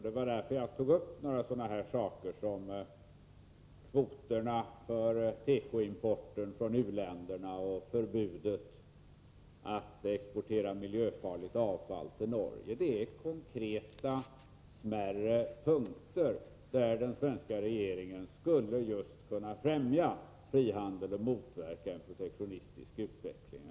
Det var därför jag tog upp sådana saker som kvoterna för tekoimporten från u-länderna och förbudet att exportera miljöfarligt avfall till Norge. Det är konkreta smärre punkter, där den svenska regeringen just skulle kunna främja frihandel och motverka en protektionistisk utveckling.